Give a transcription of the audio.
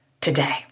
today